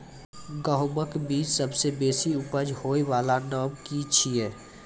गेहूँमक बीज सबसे बेसी उपज होय वालाक नाम की छियै?